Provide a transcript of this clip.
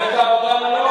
מפלגת העבודה,